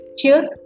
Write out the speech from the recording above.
Cheers